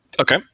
Okay